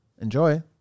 Enjoy